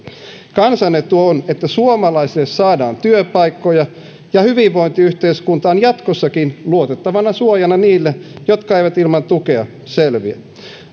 kansan etu on että suomalaisille saadaan työpaikkoja ja hyvinvointiyhteiskunta on jatkossakin luotettavana suojana niille jotka eivät ilman tukea selviä